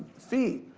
fee.